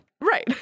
Right